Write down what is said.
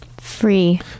Free